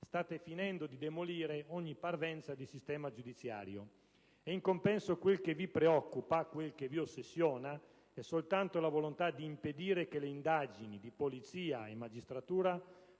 state finendo di demolire ogni parvenza di sistema giudiziario. In compenso, quel che vi sta a cuore e vi ossessiona è soltanto di impedire che le indagini di polizia e magistratura